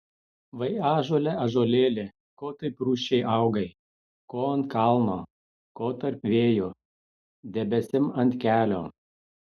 vai ąžuole ąžuolėli ko taip rūsčiai augai ko ant kalno ko tarp vėjų debesim ant kelio